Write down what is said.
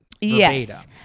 Yes